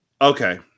okay